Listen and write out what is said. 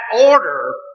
order